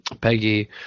Peggy